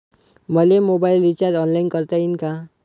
मले mobile recharge online करता येईन का?